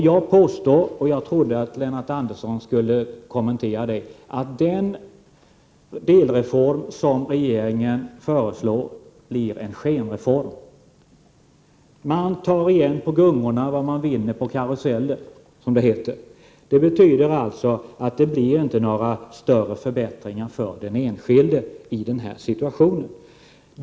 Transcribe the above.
Jag påstår — och jag trodde att Lennart Andersson skulle kommentera det — att den delreform som regeringen föreslår blir en skenreform. Man tar igen på gungorna vad man förlorar på karusellen, som det heter. Det betyder alltså att det inte blir några större förbättringar för den enskilde i denna situation.